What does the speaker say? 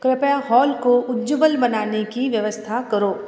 कृपया हॉल को उज्जवल बनाने की व्यवस्था करो